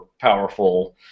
powerful